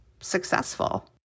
successful